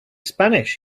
spanish